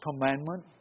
commandment